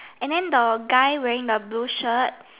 and then the guy wearing the blue shirt